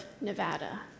Nevada